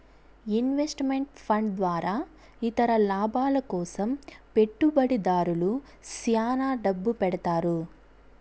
invest meant fund ద్వారా ఇతర లాభాల కోసం పెట్టుబడిదారులు శ్యాన డబ్బు పెడతారు